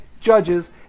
judges